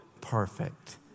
perfect